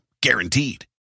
guaranteed